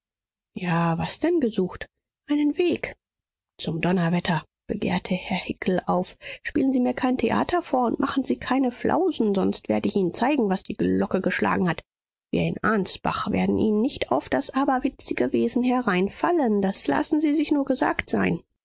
ja was denn gesucht einen weg zum donnerwetter begehrte herr hickel auf spielen sie mir kein theater vor und machen sie keine flausen sonst werde ich ihnen zeigen was die glocke geschlagen hat wir in ansbach werden ihnen nicht auf das aberwitzige wesen hereinfallen das lassen sie sich nur gesagt sein